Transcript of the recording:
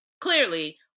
clearly-